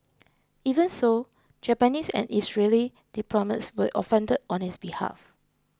even so Japanese and Israeli diplomats were offended on his behalf